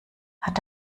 hat